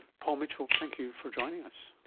paul mitchell, thank you for joining us.